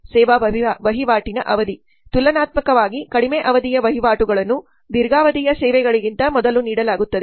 ಸೇವಾ ವಹಿವಾಟಿನ ಅವಧಿ ತುಲನಾತ್ಮಕವಾಗಿ ಕಡಿಮೆ ಅವಧಿಯ ವಹಿವಾಟುಗಳನ್ನು ದೀರ್ಘಾವಧಿಯ ಸೇವೆಗಳಿಗಿಂತ ಮೊದಲು ನೀಡಲಾಗುತ್ತದೆ